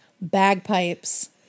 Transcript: Bagpipes